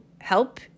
help